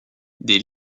des